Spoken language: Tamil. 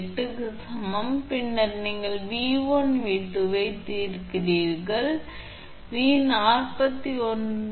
8 க்கு சமம் பின்னர் நீங்கள் 𝑉1 மற்றும் 𝑉2 க்கு தீர்க்கிறீர்கள் எனவே நீங்கள் 𝑉1 ஐ 41